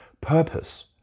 purpose